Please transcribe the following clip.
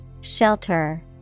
Shelter